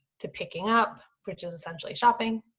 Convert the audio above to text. to picking up, which is essentially shopping,